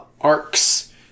arcs